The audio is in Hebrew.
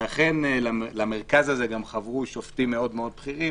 ואכן למרכז הזה חברו גם שופטים בכירים מאוד,